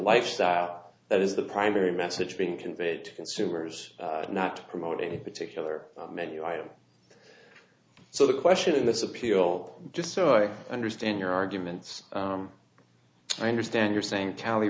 lifestyle that is the primary message being conveyed to consumers not to promote any particular menu item so the question of this appeal just so i understand your arguments i understand you're saying tally